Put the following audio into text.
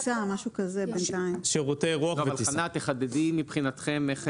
חנה, תחדדי איך